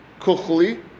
Kuchli